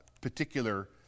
particular